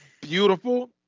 beautiful